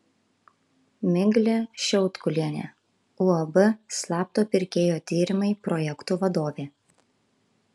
miglė šiautkulienė uab slapto pirkėjo tyrimai projektų vadovė